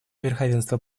верховенства